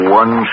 one